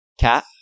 cat